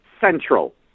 central